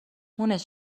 مونس